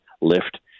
lift